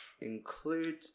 Include